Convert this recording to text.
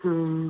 हाँ